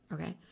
Okay